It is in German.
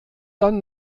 dann